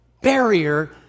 barrier